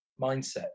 mindset